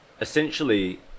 essentially